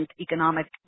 economic